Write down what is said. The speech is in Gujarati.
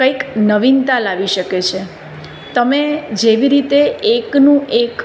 કંઈક નવીનતા લાવી શકે છે તમે જેવી રીતે એકનું એક